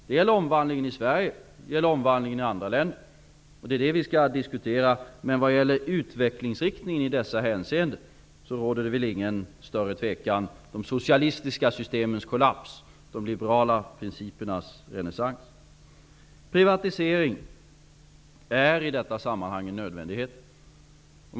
Det gäller omvandlingen både i Sverige och i andra länder. Det är det vi skall diskutera. Men om utvecklingsriktningen i dessa hänseenden råder det väl ingen större tvekan -- de socialistiska systemens kollaps, och de liberala principernas renässans. Privatisering är i detta sammanhang en nödvändighet.